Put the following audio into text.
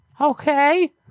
Okay